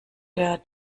der